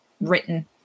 written